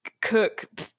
cook